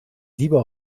lieber